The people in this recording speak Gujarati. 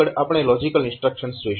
આગળ આપણે લોજીકલ ઇન્સ્ટ્રક્શન જોઈશું